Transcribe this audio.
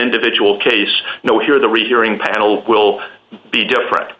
individual case no here the rehearing panel will be different